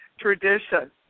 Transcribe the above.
tradition